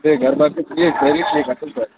بیٚیہِ گربار چھا ٹھیٖک سٲری ٹھیٖک اصٕل پٲٹھۍ